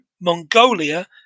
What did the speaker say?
Mongolia